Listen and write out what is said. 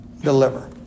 deliver